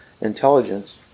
intelligence